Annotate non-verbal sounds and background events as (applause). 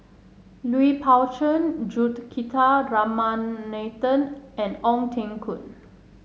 Lui Pao Chuen (unintelligible) Ramanathan and Ong Teng Koon